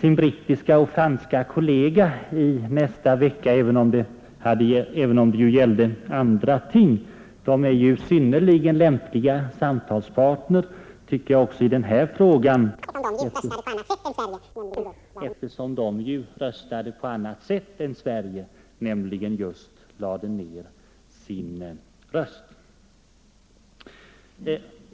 sin brittiska och sin franska kollega, även om sammanträffandet gäller andra ting. De är, tycker jag, synnerligen lämpliga samtalspartners också i den här frågan, eftersom de i FN röstade på annat sätt än Sverige, dvs. lade ned sin röst.